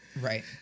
Right